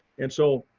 and so,